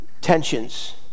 tensions